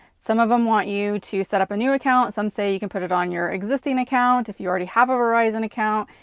some of em want you to set up a new account, some say you can put it on your existing account if you already have a verizon account.